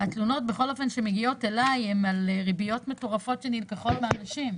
התלונות שמגיעות אליי הן על ריביות מטורפות שנלקחות מאנשים.